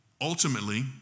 Ultimately